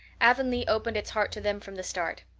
avonlea opened its heart to them from the start.